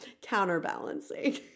counterbalancing